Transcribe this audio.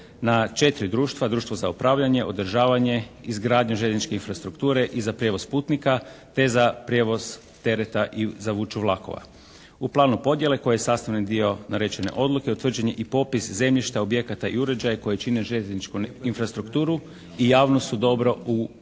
na 4 društva: društvo za upravljanje, održavanje, izgradnju željezničke infrastrukture i za prijevoz putnika. Te za prijevoz tereta i za vuču vlakova. U planu podjele koji je sastavni dio … /Govornik se ne razumije./ … odluke utvrđen je i popis zemljišta, objekata i uređaja koji čine željezničku infrastrukturu i javno su dobro u općoj